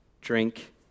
drink